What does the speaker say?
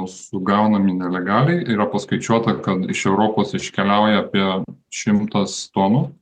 sugaunami nelegaliai yra paskaičiuota kad iš europos iškeliauja apie šimtas tonų